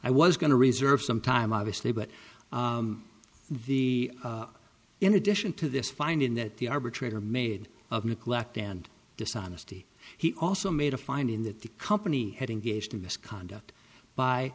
i was going to reserve some time obviously but the in addition to this finding that the arbitrator made of neglect and dishonesty he also made a finding that the company had engaged in misconduct by